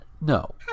No